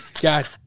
God